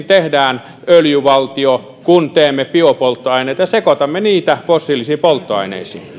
tehdään öljyvaltio kun teemme biopolttoaineita ja sekoitamme niitä fossiilisiin polttoaineisiin